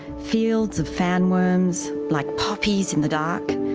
fields of fan worms, like poppies in the dark,